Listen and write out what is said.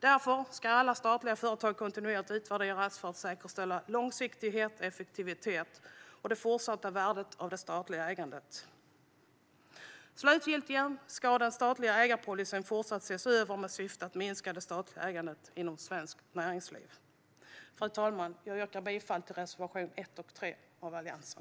Därför ska alla statliga företag kontinuerligt utvärderas för att säkerställa långsiktighet, effektivitet och det fortsatta värdet av det statliga ägandet. Slutligen ska den statliga ägarpolicyn även fortsättningsvis ses över i syfte att minska det statliga ägandet inom svenskt näringsliv. Fru talman! Jag yrkar bifall till reservationerna 1 och 3 av Alliansen.